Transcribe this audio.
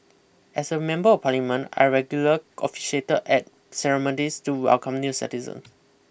as a member of Parliament I regularly officiated at ceremonies to welcome new citizens